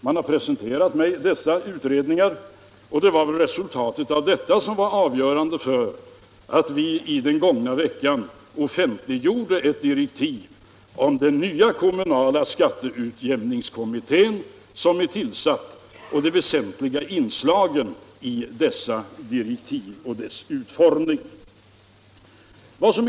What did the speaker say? Man har presenterat mig dessa utredningar, och det var resultatet av dessa som blev avgörande för att vi under den gångna veckan offentliggjorde direktiven till den nya kommunala skatteutjämningskommitté som är tillsatt samt redogjorde för de väsentliga inslagen i dessa direktiv och deras utformning.